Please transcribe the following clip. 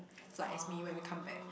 flight as me when we come back